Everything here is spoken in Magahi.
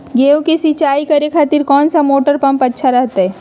गेहूं के सिंचाई करे खातिर कौन सा मोटर पंप अच्छा रहतय?